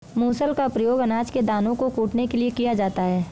मूसल का प्रयोग अनाज के दानों को कूटने के लिए किया जाता है